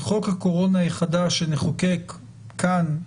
חוק הקורונה החדש שנחוקק כאן,